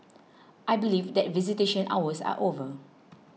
I believe that visitation hours are over